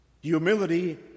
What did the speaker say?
Humility